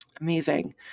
amazing